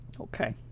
Okay